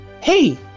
hey